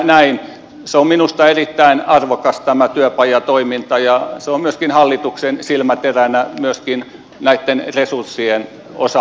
tämä työpajatoiminta on minusta erittäin arvokasta ja se on myöskin hallituksen silmäteränä näitten resurssien osalta